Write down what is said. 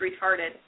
retarded